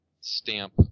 stamp